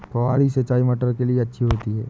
फुहारी सिंचाई मटर के लिए अच्छी होती है?